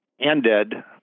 ended